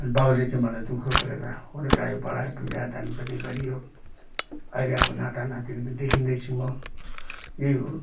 अनि बाउले मलाई चाहिँ दुखः गरेर हुर्कायो बढायो बिहे दान पनि गरियो अहिले अब नाता नातिनी पनि देखिँदैछु म यही हो